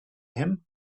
him